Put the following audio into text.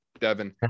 Devin